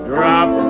Drop